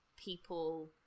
People